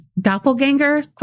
doppelganger